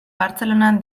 bartzelonan